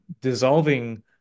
dissolving